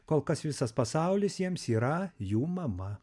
kol kas visas pasaulis jiems yra jų mama